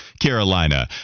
Carolina